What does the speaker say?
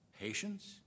patience